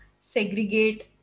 segregate